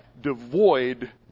devoid